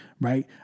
Right